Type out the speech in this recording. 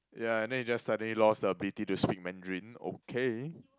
ya then he just suddenly lost the ability to speak Mandarin okay